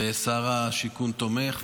ושר השיכון תומך,